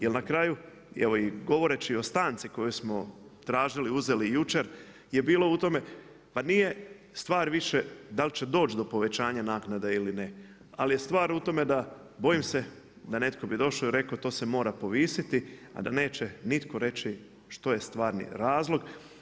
Jel na kraju evo govoreći o stanci koju smo tražili i uzeli jučer je bilo u tome pa nije stvar više dal će doći do povećanja naknada ili ne, ali je stvar u tome da bojim se da netko bi došao i rekao to se mora povisiti, a da neće nitko reći što je stvarni razlog.